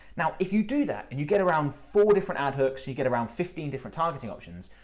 now, if you do that, and you get around four different ad hooks, you get around fifteen different targeting options,